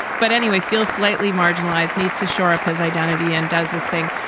but anyway, feel slightly marginalized, needs to shore up his identity and does this thing.